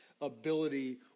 ability